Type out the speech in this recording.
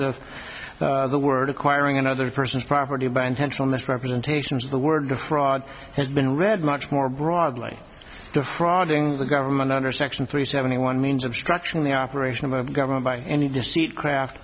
of the word acquiring another person's property by intentional misrepresentations of the word to fraud has been read much more broadly the frogging the government under section three seventy one means of structuring the operation of government by any deceit craft